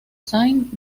saint